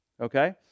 Okay